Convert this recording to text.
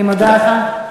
אני מודה לך.